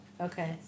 Okay